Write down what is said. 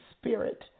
Spirit